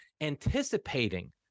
anticipating